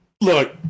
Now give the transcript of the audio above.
Look